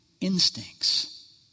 instincts